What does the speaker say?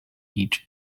each